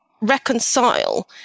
reconcile